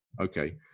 Okay